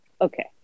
Okay